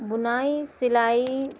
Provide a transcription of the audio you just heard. بُنائی سلائی